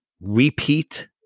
repeat